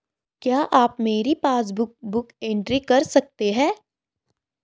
क्या आप मेरी पासबुक बुक एंट्री कर सकते हैं?